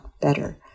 better